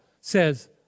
says